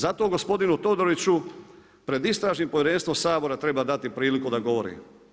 Zato gospodinu Todoriću pred Istražnim povjerenstvom Sabora treba dati priliku da govori.